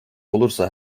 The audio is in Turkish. olursa